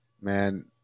man